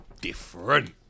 different